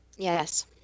Yes